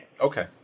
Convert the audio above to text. Okay